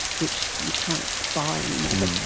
which you can't buy any more.